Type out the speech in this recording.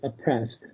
oppressed